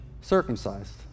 circumcised